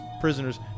prisoners